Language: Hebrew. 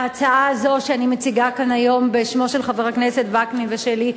ההצעה הזאת שאני מציגה כאן היום בשמו של חבר הכנסת וקנין ובשמי,